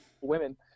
women